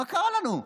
מה קרה לנו?